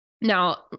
Now